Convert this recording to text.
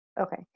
Okay